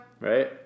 Right